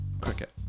cricket